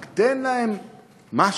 רק תן להם משהו.